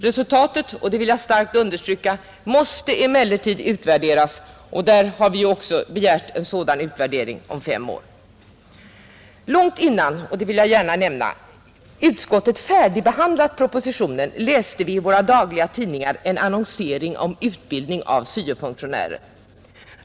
Resultatet måste emellertid utvärderas, det vill jag starkt understryka, och vi har också begärt en sådan utvärdering inom fem år. Jag vill också gärna nämna att långt innan utskottet färdigbehandlat propositionen läste vi i våra dagliga tidningar en annonsering om utbildning till syo-funktionärer.